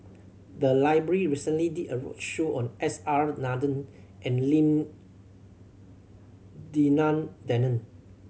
the library recently did a roadshow on S R Nathan and Lim Denan Denon